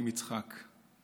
עם יצחק.